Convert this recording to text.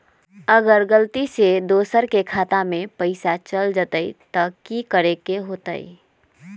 अगर गलती से दोसर के खाता में पैसा चल जताय त की करे के होतय?